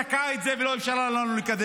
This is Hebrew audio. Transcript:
תקעה את זה ולא אפשרה לנו לקדם.